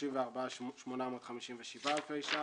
34,857 אלפי שקלים.